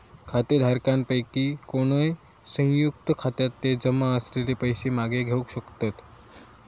खातेधारकांपैकी कोणय, संयुक्त खात्यातले जमा असलेले पैशे मागे घेवक शकतत